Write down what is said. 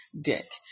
dick